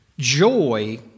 Joy